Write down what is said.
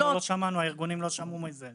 הארגונים לא שמעו מזה.